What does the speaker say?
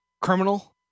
Criminal